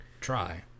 try